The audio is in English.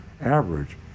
average